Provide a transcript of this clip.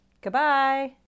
Goodbye